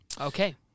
Okay